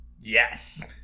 Yes